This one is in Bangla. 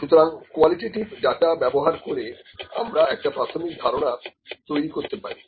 সুতরাং কোয়ালিটেটিভ ডাটা ব্যবহার করে আমরা একটা প্রাথমিক ধারণা তৈরি করতে পারে